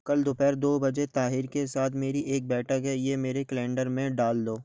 कल दोपहर दो बजे ताहिर के साथ मेरी एक बैठक है यह मेरे कैलेंडर में डाल दो